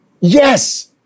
Yes